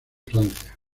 francia